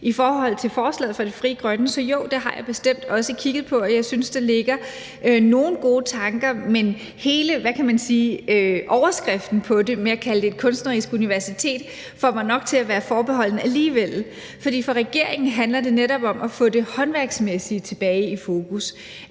i forhold til forslaget fra Frie Grønne, at jo, det har jeg bestemt også kigget på, og jeg synes, der ligger nogle gode tanker her, men hele, hvad kan man sige, overskriften på det, hvor man kalder det et kunstnerisk universitet, får mig nok til alligevel at være forbeholden. For for regeringen handler det netop om at få det håndværksmæssige tilbage i fokus